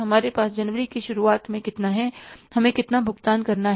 हमारे पास जनवरी की शुरुआत में कितना है हमें कितना भुगतान करना है